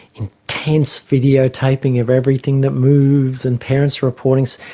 intense videotaping of everything that moves, and parents' reportings.